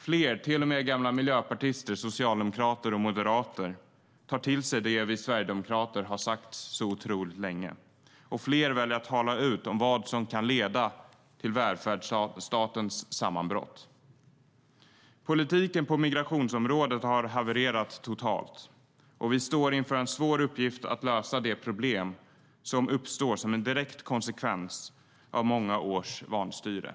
Fler, till och med gamla miljöpartister, socialdemokrater och moderater, tar till sig det vi sverigedemokrater har sagt så otroligt länge, och fler väljer att tala ut om vad som kan leda till välfärdsstatens sammanbrott. Politiken på migrationsområdet har havererat totalt, och vi står inför en svår uppgift att lösa de problem som uppstår som en direkt konsekvens av många års vanstyre.